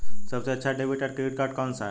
सबसे अच्छा डेबिट या क्रेडिट कार्ड कौन सा है?